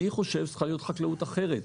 אני חושב שצריכה להיות חקלאות אחרת.